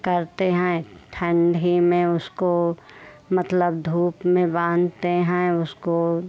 करते हैं ठंड ही में उसको मतलब धूप में बांधते हैं उसको